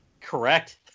Correct